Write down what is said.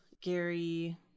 Gary